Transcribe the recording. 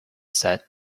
set